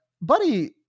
buddy